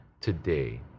today